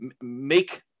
make